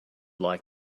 like